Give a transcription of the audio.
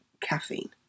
caffeine